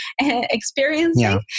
experiencing